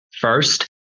First